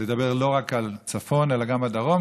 לדבר לא רק על הצפון אלא גם על הדרום,